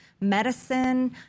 Medicine